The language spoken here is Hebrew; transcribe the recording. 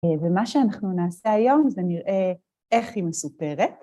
ומה שאנחנו נעשה היום זה נראה איך היא מסופרת.